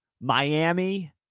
Miami